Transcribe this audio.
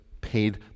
paid